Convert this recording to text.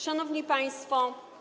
Szanowni Państwo!